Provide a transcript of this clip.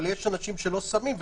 אבל יש אנשים שלא שמים,